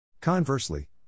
Conversely